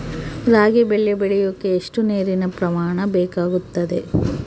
ರಾಗಿ ಬೆಳೆ ಬೆಳೆಯೋಕೆ ಎಷ್ಟು ನೇರಿನ ಪ್ರಮಾಣ ಬೇಕಾಗುತ್ತದೆ?